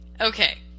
okay